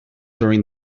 during